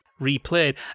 replayed